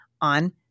on